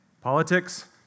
politics